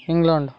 England